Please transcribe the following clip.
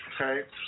Okay